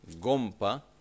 Gompa